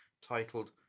titled